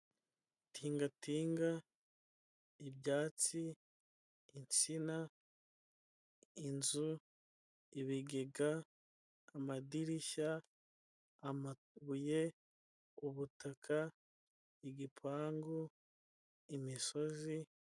Tingatinga, ibyatsi, insina, inzu, ibigega, amadirishya, amabuye, ubutaka, igipangu, imisozi,